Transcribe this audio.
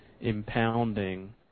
impounding